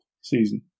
season